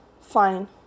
fine